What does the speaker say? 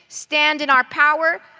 stand in our power.